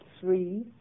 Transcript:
three